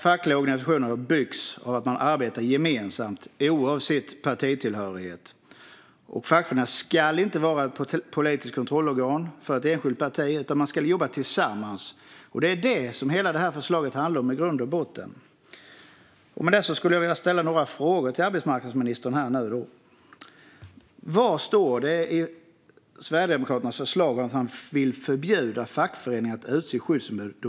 Fackliga organisationer byggs av att man arbetar gemensamt, oavsett partitillhörighet. En fackförening ska inte vara ett politiskt kontrollorgan för ett enskilt parti, utan man ska jobba tillsammans. Det är det som hela det här förslaget i grund och botten handlar om. Jag skulle vilja ställa några frågor till arbetsmarknadsministern: Vad står det i Sverigedemokraternas förslag om att man vill förbjuda fackföreningar att utse skyddsombud?